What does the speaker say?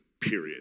period